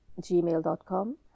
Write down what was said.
gmail.com